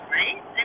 right